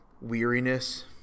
weariness